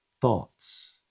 thoughts